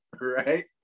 right